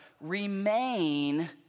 Remain